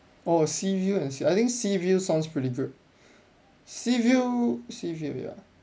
oh sea view and ci~ I think sea view sounds pretty good sea view sea view ya